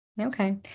Okay